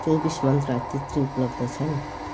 चौबिस मन्त्रा तित्री उपलब्ध छन्